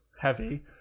heavy